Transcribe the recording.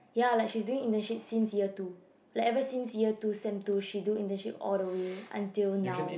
ya like she's doing internship since year two like ever since year two sem two she do internship all the way until now